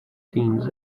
teams